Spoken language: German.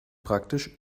praktisch